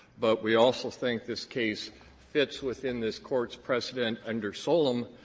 but we also think this case fits within this court's precedent under solem,